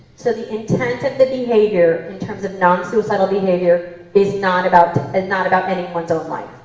so the intent of the behavior in terms of non-suicidal behavior is not about and not about anyone's own life.